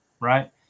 right